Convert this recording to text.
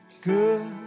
good